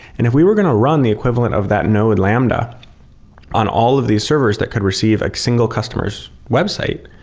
and if we were going to run the equivalent of that node lambda on all of the servers that could receive a single customer so website,